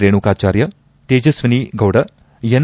Renukacharya Tejaswini Gowda N